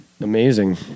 Amazing